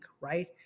right